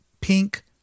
pink